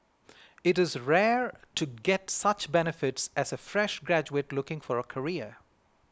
it is rare to get such benefits as a fresh graduate looking for a career